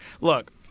Look